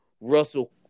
Russell